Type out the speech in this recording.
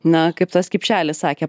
na kaip tas kipšelis sakė